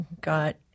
got